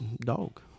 dog